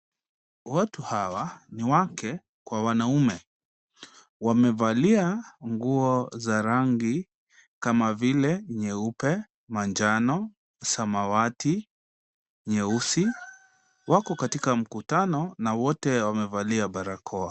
Watu hawa ni wake kwa wanaume. Wamevalia nguo za rangi kama vile nyeupe, manjano, samawati, nyeusi. Wako katika mkutano na wote wamevalia barakoa.